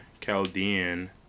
Chaldean